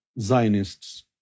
Zionists